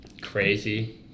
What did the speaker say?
crazy